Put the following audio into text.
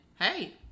hey